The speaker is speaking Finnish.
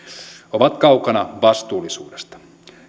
ovat kaukana vastuullisuudesta